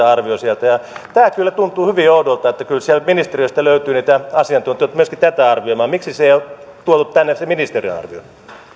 arvio sieltä tämä kyllä tuntuu hyvin oudolta kyllä sieltä ministeriöstä löytyy niitä asiantuntijoita myöskin tätä arvioimaan miksi sitä ei tuotu tänne ministeriön arvioon